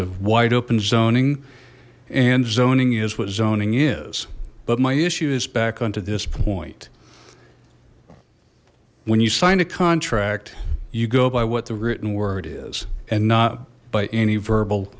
a wide open zoning and zoning is what zoning is but my issue is back onto this point when you sign a contract you go by what the written word is and not by any verbal